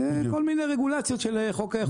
זה כל מיני רגולציות של חוק המזון.